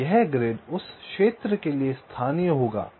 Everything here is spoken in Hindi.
इसलिए यह ग्रिड उस क्षेत्र के लिए स्थानीय होगा